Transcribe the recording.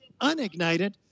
unignited